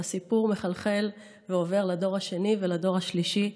והסיפור מחלחל ועובר לדור השני ולדור השלישי,